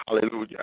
Hallelujah